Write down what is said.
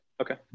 Okay